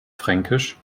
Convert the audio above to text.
fränkisch